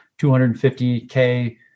250K